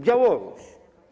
Białoruś.